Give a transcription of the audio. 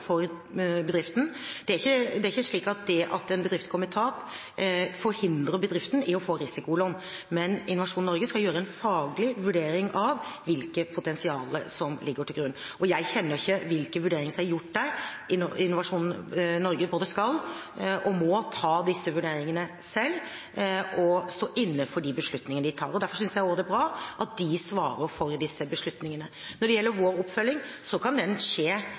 for bedriften. Det er ikke slik at det at en bedrift går med tap, hindrer bedriften i å få risikolån. Men Innovasjon Norge skal gjøre en faglig vurdering av hvilket potensial som ligger til grunn. Jeg kjenner ikke hvilke vurderinger som er gjort der. Innovasjon Norge både skal og må ta disse vurderingene selv og stå inne for de beslutningene de tar. Derfor synes jeg også det er bra at de svarer for disse beslutningene. Når det gjelder vår oppfølging, kan den skje